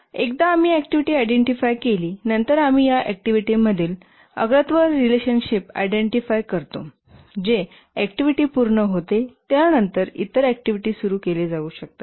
आणि एकदा आम्ही ऍक्टिव्हिटी आयडेंटिफाय नंतर आम्ही या ऍक्टिव्हिटी मधील अग्रत्व रिलेशनशिप आयडेंटिफाय करतो जे ऍक्टिव्हिटी पूर्ण होते त्यानंतर इतर ऍक्टिव्हिटी सुरू केले जाऊ शकतात